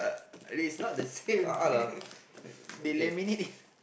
it is not the same thing they laminate